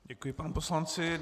Děkuji panu poslanci.